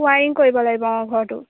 wiring কৰিব লাগিব অঁ ঘৰটো